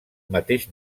mateix